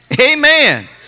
Amen